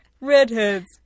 Redheads